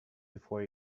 before